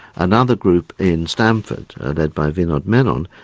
another group in stanford, led by vinod menon,